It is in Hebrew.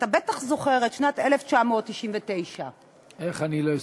אתה בטח זוכר את שנת 1999. איך לא אזכור?